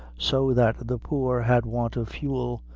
so that the poor had want of fuel,